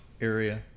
area